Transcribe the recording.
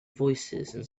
voicesand